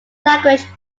language